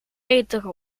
betere